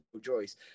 Joyce